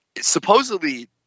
Supposedly